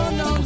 no